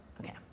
Okay